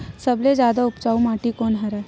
सबले जादा उपजाऊ माटी कोन हरे?